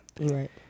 Right